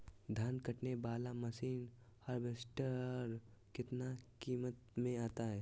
धान कटने बाला मसीन हार्बेस्टार कितना किमत में आता है?